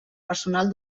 personal